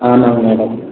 ஆமாங்க மேடம்